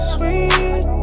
Sweet